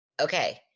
Okay